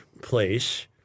place